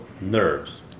nerves